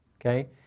okay